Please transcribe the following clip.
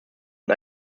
und